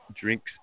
drinks